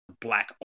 black